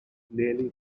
nearly